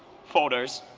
folders,